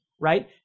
right